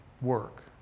work